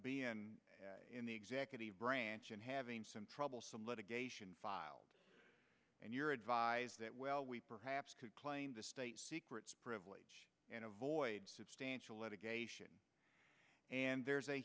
n in the executive branch and having some trouble some litigation filed and you're advised that well we perhaps could claim the state secrets privilege and avoid substantial litigation and there's a